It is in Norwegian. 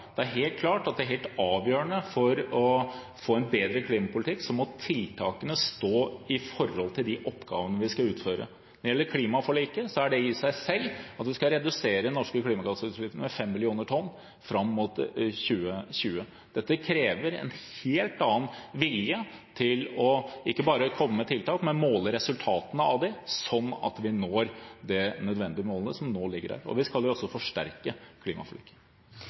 Det er helt klart at det er helt avgjørende for å få en bedre klimapolitikk at tiltakene må stå i forhold til de oppgavene vi skal utføre. Når det gjelder klimaforliket, er det slik at vi skal redusere norske klimagassutslipp med 5 millioner tonn fram mot 2020. Dette krever en helt annen vilje ikke bare til å komme med tiltak, men måle resultatene av dem, slik at vi når det nødvendige målet som nå ligger der. Vi skal også forsterke klimaforliket.